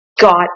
got